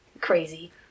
Crazy